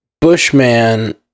Bushman